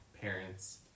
parents